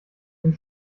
den